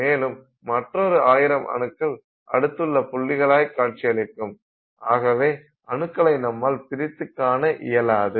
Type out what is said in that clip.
மேலும் மற்றொரு ஆயிரம் அணுக்கள் அடுத்துள்ள புள்ளிகளாய் காட்சியளிக்கும் ஆகவே அணுக்களை நம்மால் பிரித்துக் காண இயலாது